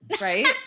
Right